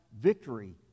victory